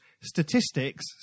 Statistics